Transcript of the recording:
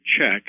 check